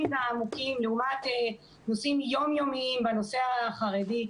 והעמוקים לעומת נושאים יום יומיים בנושא החרדי,